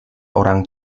orang